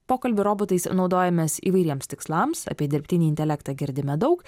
pokalbių robotais naudojamės įvairiems tikslams apie dirbtinį intelektą girdime daug